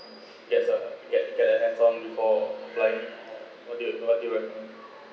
gets a get get a hands on before plan okay thank you very much